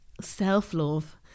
self-love